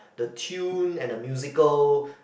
the tune and the musical